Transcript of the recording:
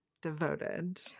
devoted